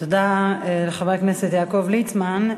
תודה לחבר הכנסת יעקב ליצמן.